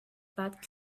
path